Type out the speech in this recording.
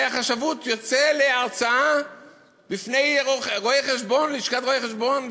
החשבות יוצא להרצאה בפני לשכת רואי-חשבון,